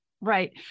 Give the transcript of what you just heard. right